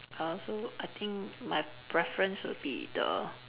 I also I think my preference will be the